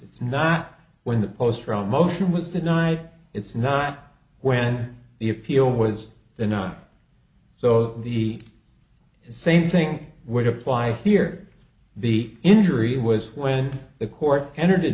it's not when the post from motion was denied it's not when the appeal was the not so the same thing would apply here the injury was when the court entered a